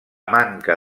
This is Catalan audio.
manca